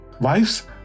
Wives